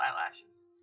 eyelashes